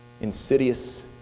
insidious